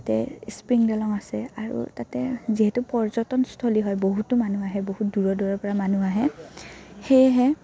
তাতে স্প্ৰিং দলং আছে আৰু তাতে যিহেতু পৰ্যটনস্থলী হয় বহুতো মানুহ আহে বহুত দূৰৰ দূৰৰ পৰা মানুহ আহে সেয়েহে